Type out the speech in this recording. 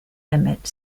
emmett